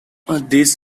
this